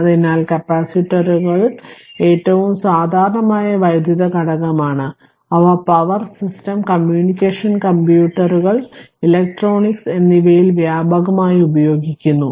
അതിനാൽ കപ്പാസിറ്ററുകൾ ഏറ്റവും സാധാരണമായ വൈദ്യുത ഘടകമാണ് അവ പവർ സിസ്റ്റം കമ്മ്യൂണിക്കേഷൻ കമ്പ്യൂട്ടറുകൾ ഇലക്ട്രോണിക്സ് എന്നിവയിൽ വ്യാപകമായി ഉപയോഗിക്കുന്നു